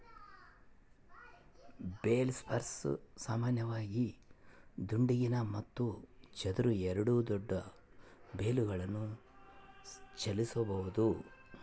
bale spears ಸಾಮಾನ್ಯವಾಗಿ ದುಂಡಗಿನ ಮತ್ತು ಚದರ ಎರಡೂ ದೊಡ್ಡ ಬೇಲ್ಗಳನ್ನು ಚಲಿಸಬೋದು